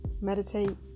meditate